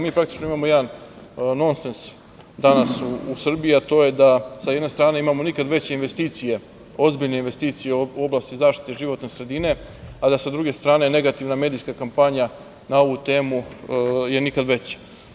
Mi praktično imamo jedan non sens, danas u Srbiji, a to je da danas u Srbiji sa jedne strane imamo nikad veće investicije, ozbiljne investicije u zaštiti životne sredine, a da sa druge strane, negativna medijska kampanja na ovu temu, je nikad veća.